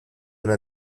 una